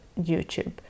YouTube